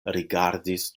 rigardis